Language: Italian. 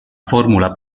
formula